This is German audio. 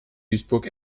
duisburg